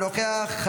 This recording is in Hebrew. נוכחת,